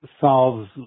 solves